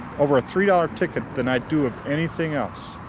over a three dollar ticket, than i do of anything else.